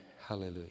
hallelujah